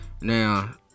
Now